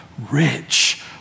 rich